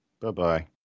bye-bye